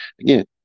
again